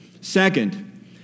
Second